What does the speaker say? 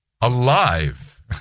alive